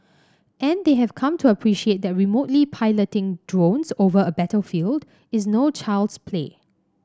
and they have come to appreciate that remotely piloting drones over a battlefield is no child's play